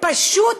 פשוט